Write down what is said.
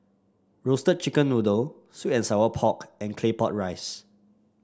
Roasted Chicken Noodle sweet and Sour Pork and Claypot Rice